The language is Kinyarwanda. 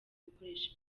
gukoresha